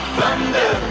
Thunder